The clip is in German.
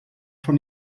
von